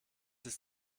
ist